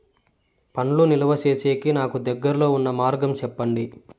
పండ్లు నిలువ సేసేకి నాకు దగ్గర్లో ఉన్న మార్గం చెప్పండి?